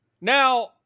Now